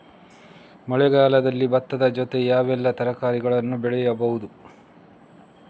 ಮಳೆಗಾಲದಲ್ಲಿ ಭತ್ತದ ಜೊತೆ ಯಾವೆಲ್ಲಾ ತರಕಾರಿಗಳನ್ನು ಬೆಳೆಯಬಹುದು?